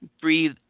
breathe